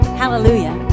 hallelujah